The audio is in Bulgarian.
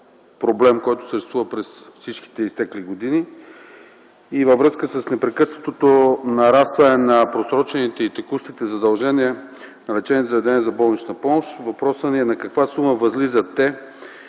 проблем, който съществува през всички изтекли години и е във връзка с непрекъснатото нарастване на просрочените и текущите задължения на лечебните заведения за болнична помощ. Въпросът ми е: на каква сума възлизат те